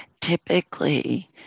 typically